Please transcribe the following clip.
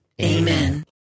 Amen